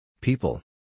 People